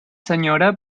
senyora